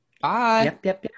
bye